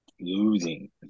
Losing